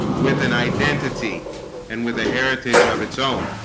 with an identity and with the heritage of its own,